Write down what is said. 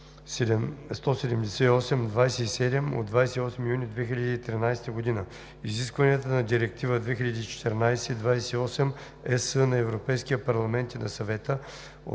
178/27 от 28 юни 2013 г.), изискванията на Директива 2014/28/ЕС на Европейския парламент и на Съвета